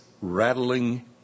rattling